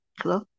Hello